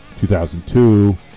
2002